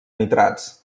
nitrats